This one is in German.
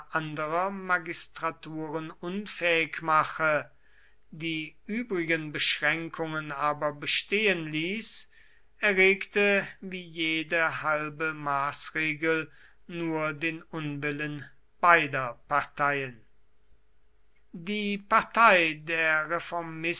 unfähig mache die übrigen beschränkungen aber bestehen ließ erregte wie jede halbe maßregel nur den unwillen beider parteien die partei der